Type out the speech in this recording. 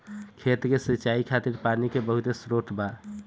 खेत के सिंचाई खातिर पानी के बहुत स्त्रोत बा